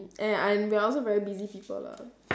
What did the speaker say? and I'm we are also very busy people lah